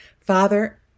Father